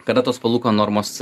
kada tos palūkanų normos